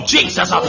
Jesus